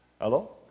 Hello